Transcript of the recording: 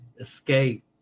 Escape